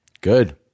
Good